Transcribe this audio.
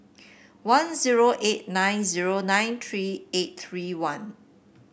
one zero eight nine zero nine three eight three one